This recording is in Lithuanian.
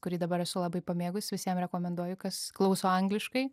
kurį dabar esu labai pamėgus visiem rekomenduoju kas klauso angliškai